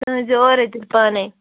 تُہۍ أنۍ زیٚو اورٕے تیٚلہِ پانٕے